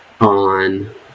on